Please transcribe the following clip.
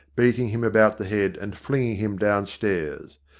beating him about the head and flinging him downstairs.